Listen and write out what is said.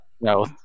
no